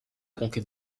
conquête